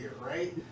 right